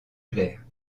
claires